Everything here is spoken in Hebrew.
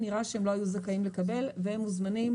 נראה שהם לא היו זכאים לקבל והם מוזמנים